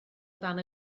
dan